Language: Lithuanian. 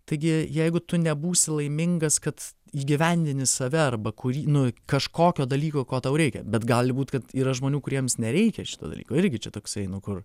taigi jeigu tu nebūsi laimingas kad įgyvendini save arba kuri nu kažkokio dalyko ko tau reikia bet gali būt kad yra žmonių kuriems nereikia šito dalyko irgi čia toksai nu kur